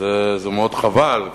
זה מאוד חבל.